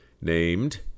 named